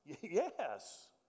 Yes